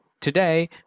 Today